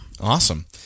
Awesome